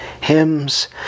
hymns